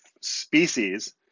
species